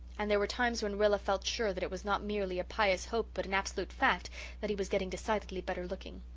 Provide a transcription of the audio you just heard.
and there were times when rilla felt sure that it was not merely a pious hope but an absolute fact that he was getting decidedly better looking.